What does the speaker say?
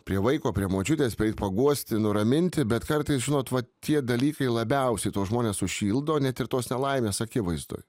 prie vaiko prie močiutės prieit paguosti nuraminti bet kartais žinot va tie dalykai labiausiai tuos žmones sušildo net ir tos nelaimės akivaizdoj